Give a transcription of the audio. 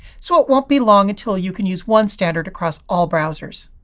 so it won't be long until you can use one standard across all browsers.